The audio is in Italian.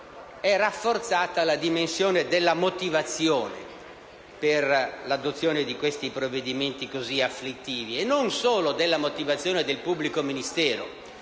è rafforzata la dimensione della motivazione per l'adozione di provvedimenti così afflittivi, e non solo della motivazione del pubblico ministero